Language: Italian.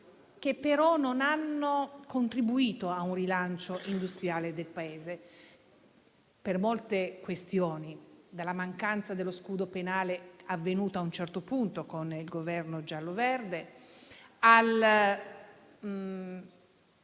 che però non hanno contribuito a un rilancio industriale del Paese, per molte questioni: dalla mancanza dello scudo penale, a un certo punto, con il Governo gialloverde,